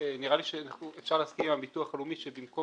נראה לי שאפשר להסכים עם הביטוח הלאומי שבמקום